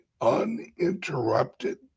uninterrupted